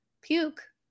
puke